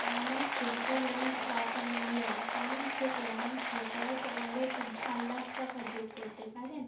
আমার central bank of India account থেকে আমার সিট্রাস ওয়ালেট আট লাখ টাকা যোগ করতে পারেন